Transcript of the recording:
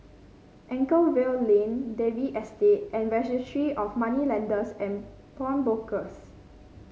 Anchorvale Lane Dalvey Estate and Registry of Moneylenders and Pawnbrokers